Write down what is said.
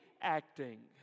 acting